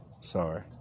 Sorry